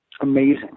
amazing